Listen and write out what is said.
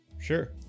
Sure